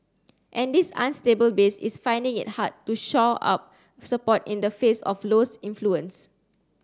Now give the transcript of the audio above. and this unstable base is finding it hard to shore up support in the face of Low's influence